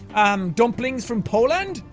um dumplings from poland?